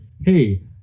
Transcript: Hey